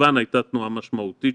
מיוון הייתה תנועה משמעותית,